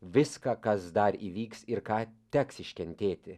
viską kas dar įvyks ir ką teks iškentėti